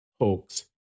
Hoax